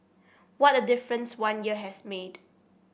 what a difference one year has made